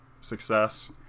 success